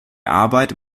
arbeit